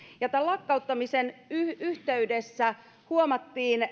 ja lakkauttamisen yhteydessä huomattiin